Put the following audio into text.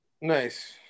Nice